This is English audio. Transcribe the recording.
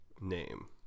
name